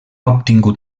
obtingut